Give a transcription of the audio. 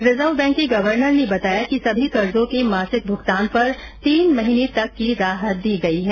reserve bank के governor ने बताया कि सभी कर्जो के मासिक भुगतान पर तीन महीने तक की राहत दी गई है